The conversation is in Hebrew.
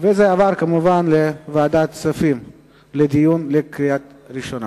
מוקדם בוועדת הכספים נתקבלה.